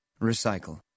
Recycle